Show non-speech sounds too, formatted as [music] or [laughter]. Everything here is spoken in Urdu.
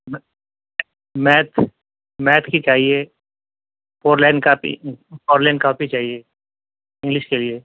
[unintelligible] میتھ میتھ کی چاہیے four line copy four line copy چاہیے انگلش کے لیے